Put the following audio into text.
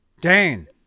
Dane